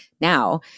now